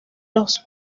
los